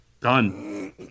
Done